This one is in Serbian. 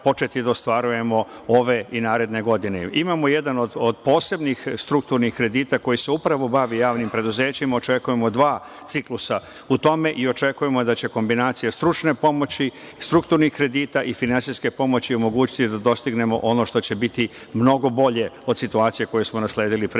početi da ostvarujemo ove i naredne godine. Imamo jedan od posebnih strukturnih kredita koji se upravo bavi javnim preduzećima. Očekujemo dva ciklusa u tome i očekujemo da će kombinacija stručne pomoći, strukturnih kredita i finansijske pomoći omogućiti da dostignemo ono što će biti mnogo bolje od situacije koju smo nasledili pre tri